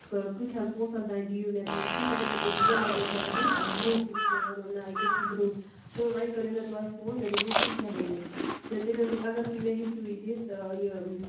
کۭتِہن پوٛنسَن تام دِیو مےٚ تُہۍ کھٮ۪ن مَگر تِمو دیُت مےٚ واریاہ زیادٕ دروٚگ تِم چھِ وَنان نہ یہِ گژھی دروٚگ تہٕ وونۍ کریو مےٚ تۄہہِ فون مےٚ دوٚپ بہٕ وٕچھٕ تُہۍ کیاہ ؤنِو تہٕ تَمہِ موٗجوٗب اَگر تُہۍ مےٚ ہیٚکِو یہِ دِتھ یہِ